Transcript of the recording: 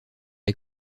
les